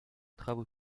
travaux